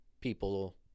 people